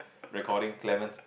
recording climate